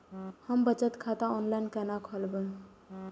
हम बचत खाता ऑनलाइन केना खोलैब?